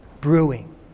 brewing